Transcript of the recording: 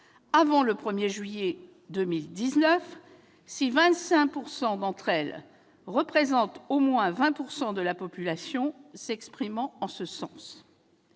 avant le 1 juillet 2019 si 25 % d'entre elles représentant au moins 20 % de la population s'expriment en ce sens.